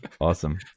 Awesome